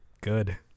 good